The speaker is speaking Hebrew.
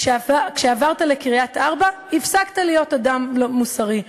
כשעברת לקריית-ארבע הפסקת להיות אדם מוסרי.